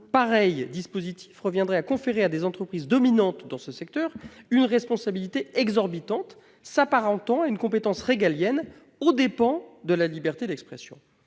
Pareil dispositif reviendrait à conférer à des entreprises dominantes dans ce secteur une responsabilité exorbitante, s'apparentant à une compétence régalienne, aux dépens de la liberté d'expression.